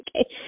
okay